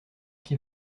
qui